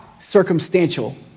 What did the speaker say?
circumstantial